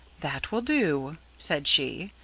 that will do, said she.